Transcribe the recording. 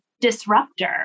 disruptor